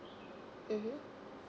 mmhmm